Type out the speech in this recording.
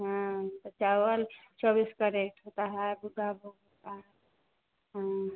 हाँ तो चावल चौबीस कैरेट होता है बुद्धा भोग होता है हाँ